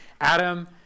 adam